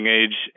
age